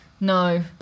No